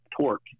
torque